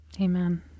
Amen